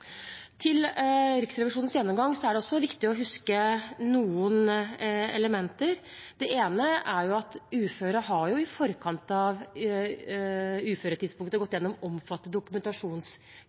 Riksrevisjonens gjennomgang, er det viktig å huske noen elementer. Det ene er at uføre i forkant av uføretidspunktet har gått igjennom omfattende